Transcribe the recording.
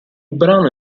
brano